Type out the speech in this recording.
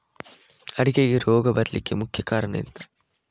ಅಡಿಕೆಗೆ ರೋಗ ಬರ್ಲಿಕ್ಕೆ ಮುಖ್ಯ ಕಾರಣ ಎಂಥ?